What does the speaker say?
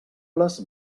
les